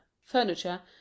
Furniture